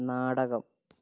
നാടകം